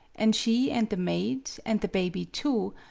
and she and the maid, and the baby too,